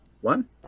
One